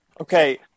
Okay